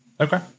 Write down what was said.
okay